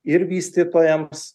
ir vystytojams